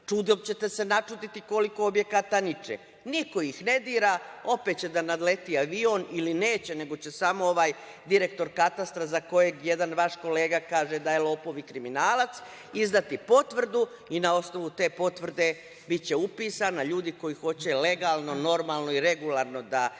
čudom ćete se načuditi koliko objekata niče. Niko ih ne dira, opet će da nadleti avion ili neće, nego će samo ovaj direktor katastra za kojeg jedan vaš kolega kaže da je lopov i kriminalac, izdati potvrdu i na osnovu te potvrde biće upisan, a ljudi koji hoće legalno, normalno i regularno da